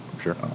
Sure